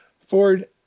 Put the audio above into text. Ford